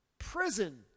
prison